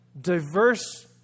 diverse